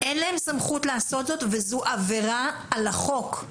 אין להם סמכות לעשות זאת, וזו עבירה על החוק.